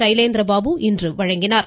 சைலேந்திர பாபு இன்று வழங்கினார்